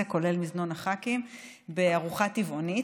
כולל מזנון הח"כים, בארוחה טבעונית.